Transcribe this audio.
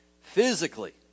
Physically